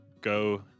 go